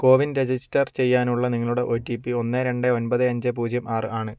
CoWIN register ചെയ്യാനുള്ള നിങ്ങളുടെ O T P ഒന്ന് രണ്ട് ഒൻപത് അഞ്ച് പൂജ്യം ആറ് ആണ്